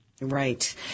Right